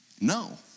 No